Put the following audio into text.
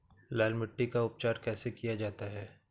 लाल मिट्टी का उपचार कैसे किया जाता है?